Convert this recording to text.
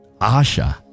Asha